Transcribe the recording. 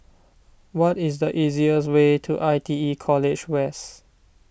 what is the easiest way to I T E College West